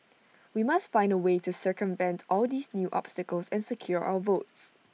we must find A way to circumvent all these new obstacles and secure our votes